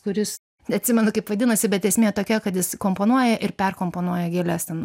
kuris neatsimenu kaip vadinasi bet esmė tokia kad jis komponuoja ir perkomponuoja gėles ten